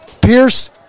Pierce